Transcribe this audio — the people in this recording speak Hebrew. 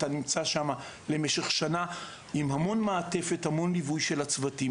אתה נמצא שם למשך שנה עם המון מעטפת והמון ליווי של הצוותים.